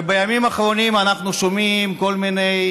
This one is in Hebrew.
ובימים האחרונים אנחנו שומעים כל מיני